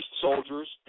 soldiers